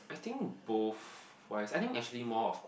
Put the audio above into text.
I think both wise I think actually more of